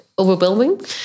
overwhelming